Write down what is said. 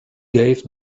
gave